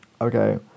Okay